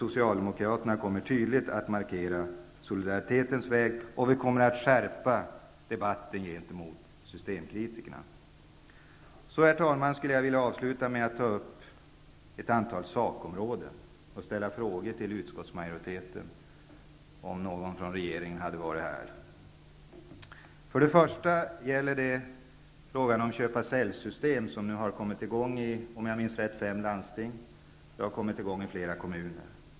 Socialdemokraterna kommer att tydligt markera solidaritetens väg, och vi kommer att skärpa debatten gentemot systemkritikerna. Herr talman! Jag vill avsluta med att ta upp ett antal sakområden och ställa frågor till utskottsmajoriteten -- om någon från regeringen hade kunnat vara här. För det första är det frågan om köpa--sälj-system, som har kommit i gång i fem landsting och i flera kommuner.